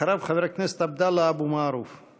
אחריו, חבר הכנסת עבדאללה אבו מערוף.